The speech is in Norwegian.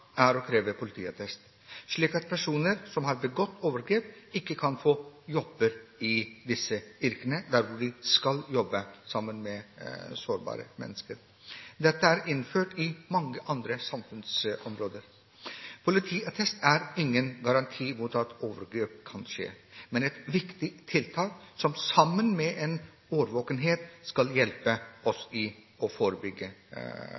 er å kreve politiattest, slik at personer som har begått overgrep, ikke kan få jobb i disse yrkene, der de skal være sammen med sårbare mennesker. Dette er innført på mange andre samfunnsområder. Politiattest er ingen garanti mot at overgrep kan skje, men det er et viktig tiltak, som sammen med en årvåkenhet skal hjelpe